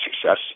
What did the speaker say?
success